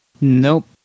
Nope